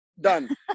done